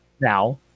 now